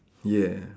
yeah